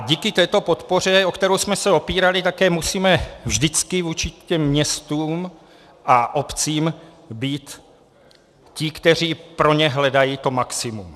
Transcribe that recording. A díky této podpoře, o kterou jsme se opírali, také musíme vždycky vůči těm městům a obcím být ti, kteří pro ně hledají to maximum.